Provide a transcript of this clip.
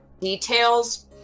details